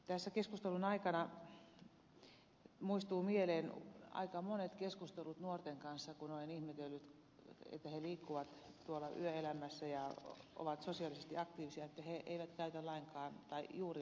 tässä keskustelun aikana muistuvat mieleen aika monet keskustelut nuorten kanssa kun olen ihmetellyt että he liikkuvat yöelämässä ja ovat sosiaalisesti aktiivisia mutta he eivät käytä juuri lainkaan alkoholia